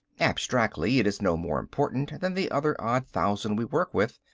abstractly it is no more important than the other odd thousand we work with.